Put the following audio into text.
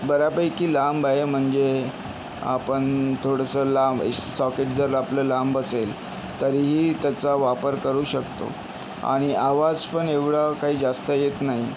बऱ्यापैकी लांब आहे म्हणजे आपण थोडंसं लांब सॉकेट जर आपलं लांब असेल तरीही त्याचा वापर करू शकतो आणि आवाजपण एवढा काही जास्त येत नाही